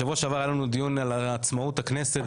בשבוע שעבר היה לנו דיון על עצמאות הכנסת,